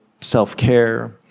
self-care